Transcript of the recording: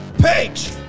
Page